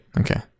Okay